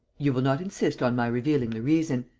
you will not insist on my revealing the reason.